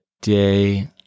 day